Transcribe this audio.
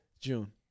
June